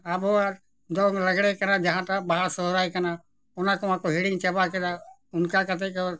ᱟᱵᱚᱣᱟᱜ ᱫᱚᱝ ᱞᱟᱜᱽᱲᱮ ᱠᱟᱱᱟ ᱡᱟᱦᱟᱸᱴᱟᱜ ᱵᱟᱦᱟ ᱥᱚᱦᱚᱨᱟᱭ ᱠᱟᱱᱟ ᱚᱱᱟ ᱠᱚ ᱢᱟᱠᱚ ᱦᱤᱲᱤᱧ ᱪᱟᱵᱟ ᱠᱮᱫᱟ ᱚᱱᱠᱟ ᱠᱟᱛᱮᱫ ᱜᱮ